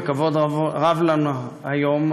וכבוד רב לנו היום,